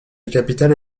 capitale